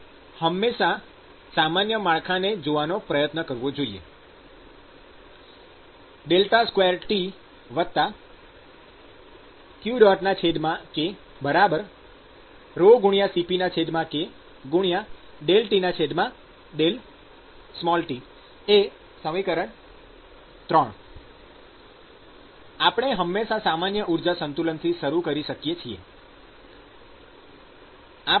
આપણે હંમેશાં સામાન્ય માળખાને જોવાનો પ્રયત્ન કરવો જોઈએ 2TqkCpk ∂T∂t ૩ આપણે હમેશા સામાન્ય ઊર્જા સંતુલનથી શરૂ કરી શકીએ છીએ